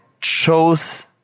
chose